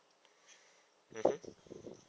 mmhmm